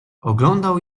oglądał